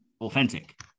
authentic